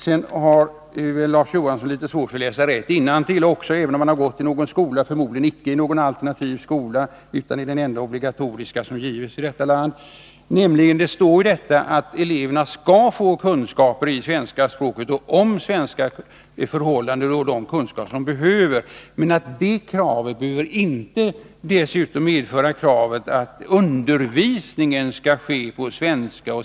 Larz Johansson har litet svårt att läsa rätt innantill, även om han har gått i någon skola, förmodligen icke i någon alternativ skola utan i den enda obligatoriska som vi har i detta land. Det står nämligen att eleverna skall få kunskaper i svenska språket och de kunskaper om de svenska förhållandena som de behöver. Men det kravet behöver inte medföra att undervisningen skall ske på svenska.